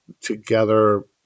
together